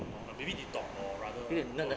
uh maybe 你懂 or rather gloria